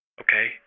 Okay